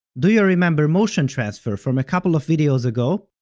do you remember motion transfer from a couple ah videos ago?